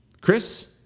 Chris